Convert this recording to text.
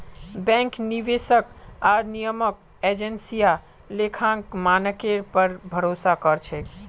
bank, निवेशक आर नियामक एजेंसियां लेखांकन मानकेर पर भरोसा कर छेक